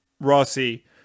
Rossi